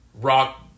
Rock